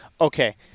Okay